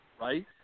right